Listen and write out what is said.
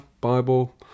bible